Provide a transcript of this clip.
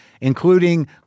including